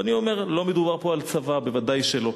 ואני אומר, לא מדובר פה על צבא, ודאי שלא.